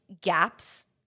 gaps